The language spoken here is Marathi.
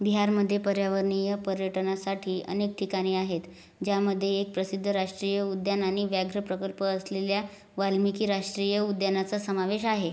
बिहारमध्ये पर्यावरणीय पर्यटनासाठी अनेक ठिकाणे आहेत ज्यामध्ये एक प्रसिद्ध राष्ट्रीय उद्यान आणि व्याघ्र प्रकल्प असलेल्या वाल्मिकी राष्ट्रीय उद्यानाचा समावेश आहे